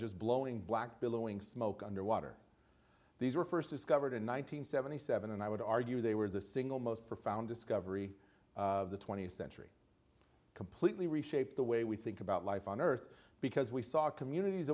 just blowing black billowing smoke underwater these were first discovered in one nine hundred seventy seven and i would argue they were the single most profound discovery of the twentieth century completely reshape the way we think about life on earth because we saw communities